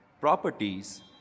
properties